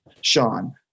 Sean